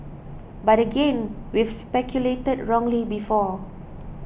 but again we've speculated wrongly before